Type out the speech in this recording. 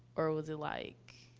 or was it like,